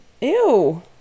Ew